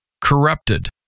corrupted